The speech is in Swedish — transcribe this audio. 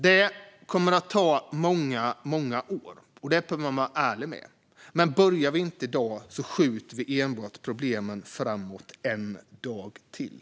Det kommer att ta många år - det behöver man vara ärlig med - men om vi inte börjar i dag skjuter vi enbart problemen framåt en dag till.